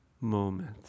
moment